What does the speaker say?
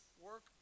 work